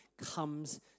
comes